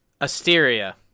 Asteria